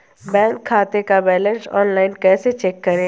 Bank खाते का balance online कैसे चेक करें?